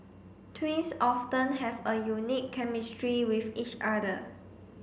twins often have a unique chemistry with each other